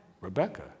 Rebecca